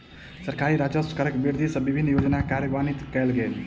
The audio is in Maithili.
सरकारी राजस्व मे करक वृद्धि सँ विभिन्न योजना कार्यान्वित कयल गेल